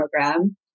program